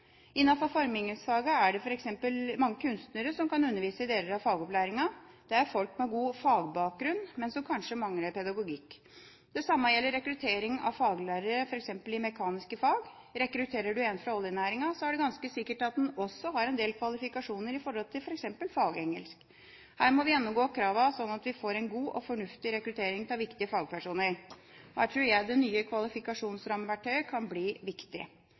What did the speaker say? Innenfor formgivingsfagene er det f.eks. mange kunstnere som kan undervise i deler av fagopplæringen. Det er folk med god fagbakgrunn, men som kanskje mangler pedagogikk. Det samme gjelder rekruttering av faglærere i f.eks. mekaniske fag. Rekrutterer du en fra oljenæringen, så er det ganske sikkert at han også har en del kvalifikasjoner i forhold til f.eks. fagengelsk. Her må vi gjennomgå kravene, slik at vi får en god og fornuftig rekruttering av viktige fagpersoner. Her tror jeg det nye kvalifikasjonsrammeverktøyet kan bli viktig.